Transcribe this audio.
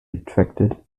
attracted